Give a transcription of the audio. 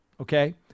Okay